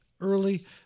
early